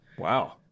Wow